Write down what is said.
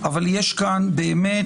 אני מניח שבית